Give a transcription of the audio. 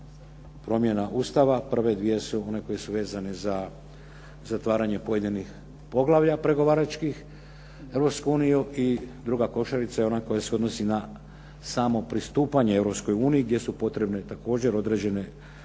promjena Ustava. Prve dvije su one koje su vezane za zatvaranje pojedinih poglavlja pregovaračkih za Europsku uniju i druga košarica je ona koja se odnosi na samo pristupanje Europskoj uniji gdje su potrebne također određene